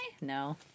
No